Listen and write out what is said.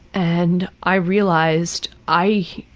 and i realized i.